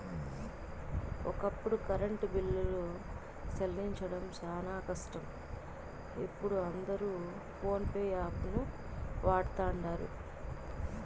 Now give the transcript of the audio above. ఒకప్పుడు కరెంటు బిల్లులు సెల్లించడం శానా కష్టం, ఇపుడు అందరు పోన్పే యాపును వాడతండారు